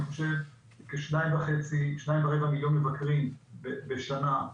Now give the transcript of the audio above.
אני חושב שכ-2.25 מיליון מבקרים בשנה.